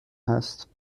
هست